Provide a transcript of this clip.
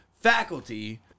faculty